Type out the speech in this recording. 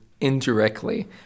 indirectly